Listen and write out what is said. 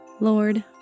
Lord